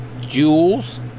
jewels